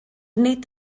nid